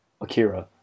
Akira